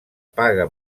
paga